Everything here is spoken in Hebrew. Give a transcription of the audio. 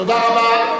תודה רבה.